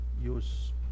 use